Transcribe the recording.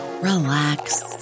relax